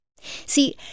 See